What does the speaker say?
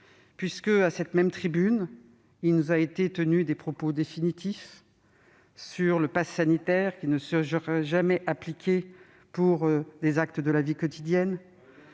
fondu. À cette même tribune, il nous a été tenu des propos définitifs sur le passe sanitaire, qui ne serait jamais appliqué pour des actes de la vie quotidienne,